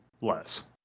less